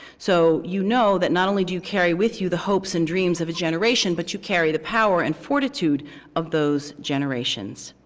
so you know that not only do you carry with you the hopes and dreams of a generation, but you carry the power and fortitude of those generations.